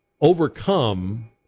overcome